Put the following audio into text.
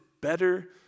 better